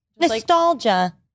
nostalgia